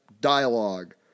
dialogue